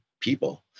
people